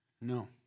No